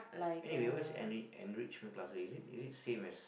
anyway what is enrich enrichment classes is it is it same as